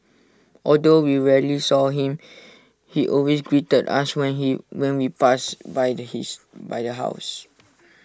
although we rarely saw him he always greeted us when he when we passed by the his by the house